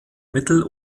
mittel